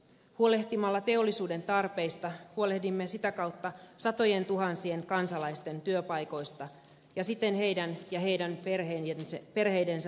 huolehtimalla teollisuuden tarpeista huolehdimme sitä kautta satojen tuhansien kansalaisten työpaikoista ja siten heidän ja heidän perheidensä hyvinvoinnista